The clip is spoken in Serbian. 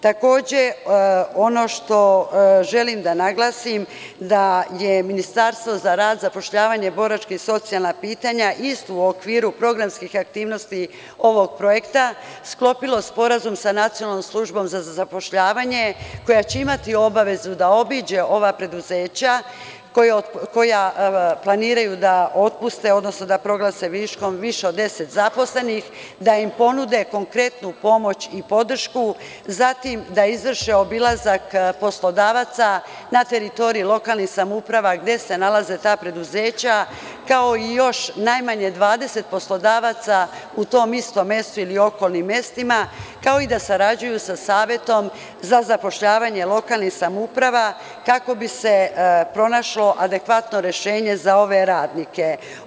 Takođe, ono što želim da naglasim je da je Ministarstvo za rad, zapošljavanje, boračka i socijalna pitanja isto u okviru programskih aktivnosti ovog projekta sklopilo sporazum sa Nacionalnom službom za zapošljavanje koja će imati obavezu da obiđe ova preduzeća koja planiraju da otpuste, odnosno da proglase viškom više od deset zaposlenih, da im ponude konkretnu pomoć i podršku, zatim da izvrše obilazak poslodavac na teritoriji lokalnih samouprava gde se nalaze ta preduzeća, kao i još najmanje 20 poslodavaca u tom istom mestu ili okolnim mestima, kao i da sarađuju sa Savetom za zapošljavanje lokalnih samouprava kako bi se pronašlo adekvatno rešenje za ove radnike.